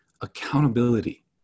Accountability